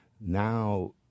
now